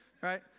right